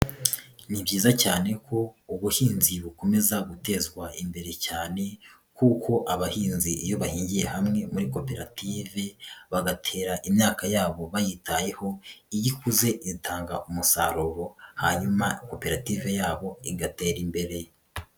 Ni byiza cyane ko ubuhinzi bukomeza gutezwa imbere cyane kuko abahinzi iyo bahingiye hamwe muri koperative, bagatera imyaka yabo bayitayeho iyo ikuze itanga umusaruro hanyuma koperative yabo igatera imbere.